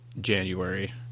January